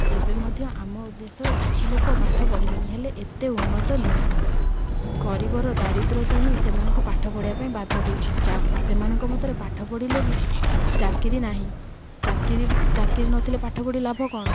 ଏବେ ମଧ୍ୟ ଆମ ଦେଶର କିଛି ଲୋକ ପାଠ ପଢ଼ିଲେଣି ହେଲେ ଏତେ ଉନ୍ନତ ନୁହେଁ ଗରିବର ଦାରିଦ୍ର୍ୟତା ହିଁ ସେମାନଙ୍କୁ ପାଠ ପଢ଼ିବା ପାଇଁ ବାଧା ଦେଉଛି ସେମାନଙ୍କ ମତରେ ପାଠ ପଢ଼ିଲେ ବି ଚାକିରି ନାହିଁ ଚାକିରି ଚାକିରି ନଥିଲେ ପାଠ ପଢ଼ି ଲାଭ କ'ଣ